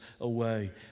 away